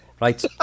Right